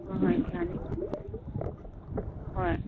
ꯍꯣꯏ ꯍꯣꯏ ꯌꯥꯅꯤ ꯍꯣꯏ